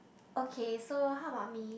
okay so how about me